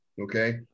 okay